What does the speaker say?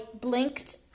blinked